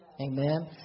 Amen